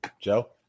Joe